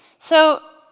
so